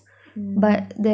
mm